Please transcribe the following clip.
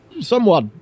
somewhat